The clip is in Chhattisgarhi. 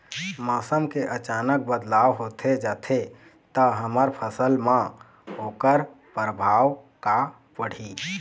मौसम के अचानक बदलाव होथे जाथे ता हमर फसल मा ओकर परभाव का पढ़ी?